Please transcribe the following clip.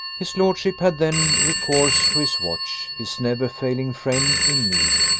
his lordship had then recourse to his watch, his never-failing friend in need,